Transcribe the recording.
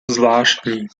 zvláštní